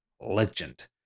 Legend